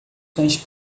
cães